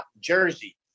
Jersey